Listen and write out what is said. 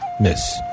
miss